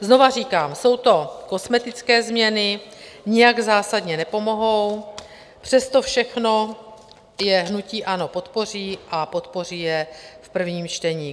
Znovu říkám, jsou to kosmetické změny, nijak zásadně nepomohou, přesto všechno je hnutí ANO podpoří a podpoří je v prvním čtení.